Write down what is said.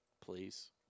Please